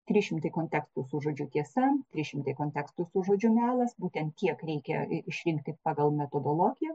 trys šimtai kontekstų su žodžiu tiesa trys šimtai kontekstų su žodžiu melas būtent tiek reikia išrinkti pagal metodologiją